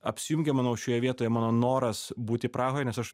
apsijungė manau šioje vietoje mano noras būti prahoj nes aš